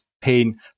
pain